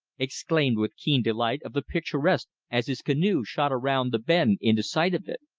exclaimed with keen delight of the picturesque as his canoe shot around the bend into sight of it.